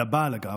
על הבעל, אגב,